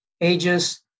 ages